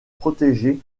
projetées